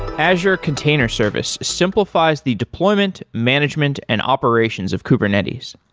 azure container service simplifies the deployment, management and operations of kubernetes.